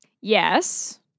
Yes